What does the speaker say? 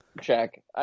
check